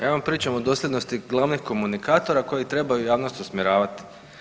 Ja vam pričam o dosljednosti glavnih komunikatora koji trebaju javnost usmjeravat.